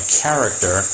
character